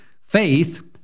faith